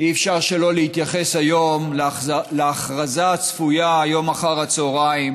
אי-אפשר שלא להתייחס היום להכרזה הצפויה אחר הצוהריים